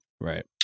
right